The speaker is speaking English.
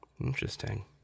Interesting